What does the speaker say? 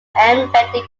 embedded